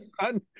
son